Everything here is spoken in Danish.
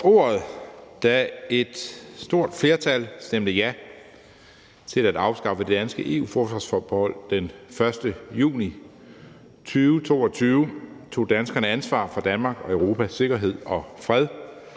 Da et stort flertal stemte ja til at afskaffe det danske EU-forsvarsforbehold den 1. juni 2022, tog danskerne ansvar for Danmarks og Europas sikkerhed og fred.